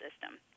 system